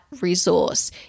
resource